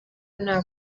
nta